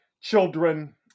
children